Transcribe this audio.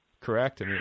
correct